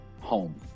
home